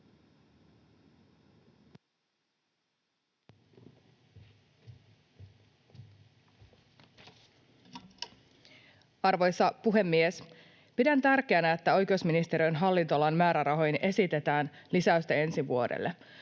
Arvoisa puhemies! Pidän tärkeänä, että oikeusministeriön hallinnonalan määrärahoihin esitetään lisäystä ensi vuodelle.